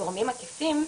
גורמים עקיפים,